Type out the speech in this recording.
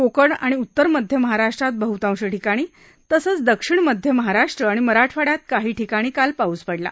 कोकण आणि उत्तर मध्य महाराष्ट्रात बहुतांश ठिकाणी तसंच दक्षिण मध्य महाराष्ट्र आणि मराठवाड्यात काही ठिकाणी काल पाऊस पडला